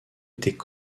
étaient